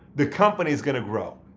the company's going to grow.